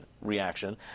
reaction